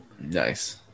nice